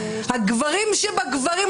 הגברים שבגברים,